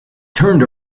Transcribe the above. turned